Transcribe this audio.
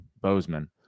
bozeman